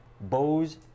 Bose